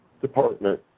department